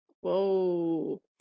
Whoa